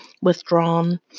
withdrawn